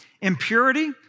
impurity